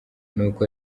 nuko